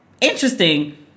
interesting